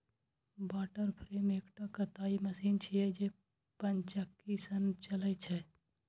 water frame एकटा कताइ machine छियै, जे पनचक्की सं चलै छै